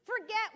Forget